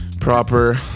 proper